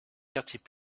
quartiers